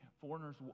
foreigners